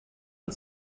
und